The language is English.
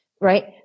Right